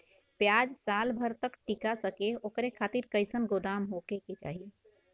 प्याज साल भर तक टीका सके ओकरे खातीर कइसन गोदाम होके के चाही?